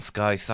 Sky